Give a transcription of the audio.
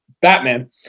Batman